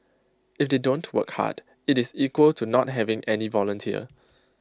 if they don't work hard IT is equal to not having any volunteer